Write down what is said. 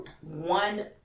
one